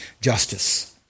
justice